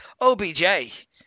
OBJ